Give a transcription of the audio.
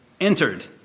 entered